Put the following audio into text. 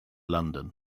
london